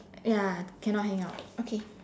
ya cannot hang up okay